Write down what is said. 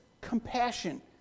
compassion